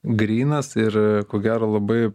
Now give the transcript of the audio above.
grynas ir ko gero labai